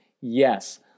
Yes